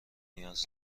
نیاز